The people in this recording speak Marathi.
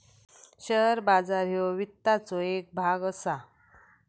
शेअर बाजार ह्यो वित्ताचो येक भाग असा